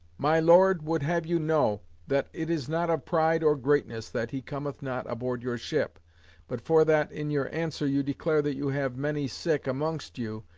my lord would have you know, that it is not of pride, or greatness, that he cometh not aboard your ship but for that in your answer you declare that you have many sick amongst you,